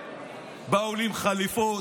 באו לי עם חליפות,